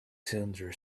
cylinder